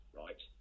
right